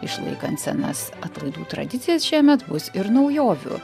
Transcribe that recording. išlaikant senas atlaidų tradicijas šiemet bus ir naujovių